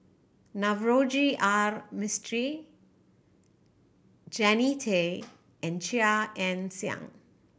Navroji R Mistri Jannie Tay and Chia Ann Siang